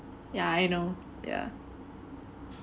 yeah I know yeah